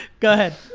go ahead.